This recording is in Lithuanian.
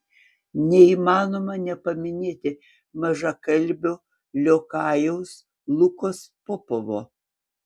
neįmanoma nepaminėti mažakalbio liokajaus lukos popovo